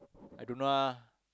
I don't know ah